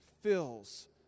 fills